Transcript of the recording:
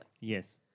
Yes